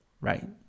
right